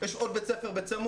יש עוד בית ספר בצמוד.